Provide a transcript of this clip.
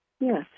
Yes